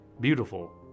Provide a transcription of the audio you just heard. beautiful